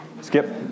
Skip